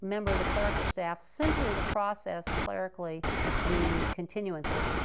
member of the clerical staff simply to process clerically the continuances.